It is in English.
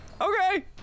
Okay